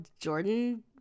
Jordan